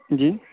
جی